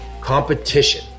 competition